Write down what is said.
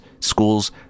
schools